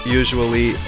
usually